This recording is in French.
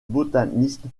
botaniste